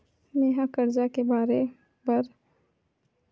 मेंहा कर्जा ले बर आवेदन करे के पात्र हव की नहीं कइसे पता करव?